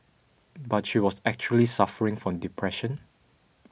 but she was actually suffering from depression